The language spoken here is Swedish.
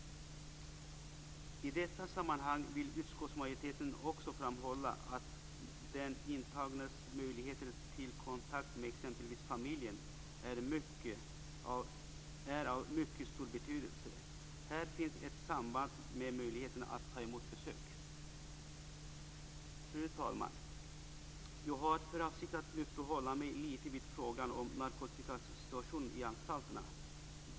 I detta sammanhang vill utskottsmajoriteten också framhålla att den intagnes möjligheter till kontakt med exempelvis familjen är av mycket stor betydelse. Här finns ett samband med möjligheterna att ta emot besök. Fru talman! Jag har för avsikt att uppehålla mig lite vid frågan om narkotikasituationen i anstalterna.